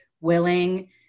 willing